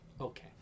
okay